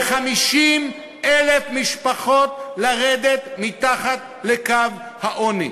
ל-50,000 משפחות לרדת מתחת לקו העוני.